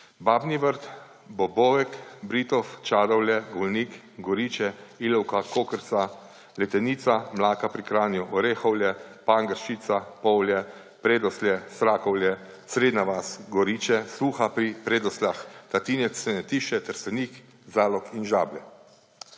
Babni Vrt, Bobovek, Britof, Čadovlje, Golnik, Goriče, Ilovka, Kokrica, Letenice, Mlaka pri Kranju, Orehovlje, Pangršica, Povlje, Predoslje, Srakovlje, Srednja vas - Goriče, Suha pri Predosljah, Tatinec, Tenetiše, Trstenik, Zalog in Žablje.